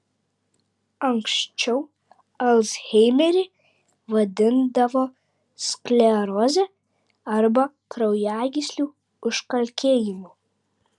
anksčiau alzheimerį vadindavo skleroze arba kraujagyslių užkalkėjimu